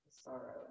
sorrow